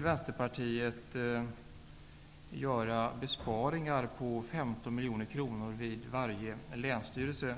Vänsterpartiet vill göra besparingar om 15 miljoner kronor vid varje länsstyrelse.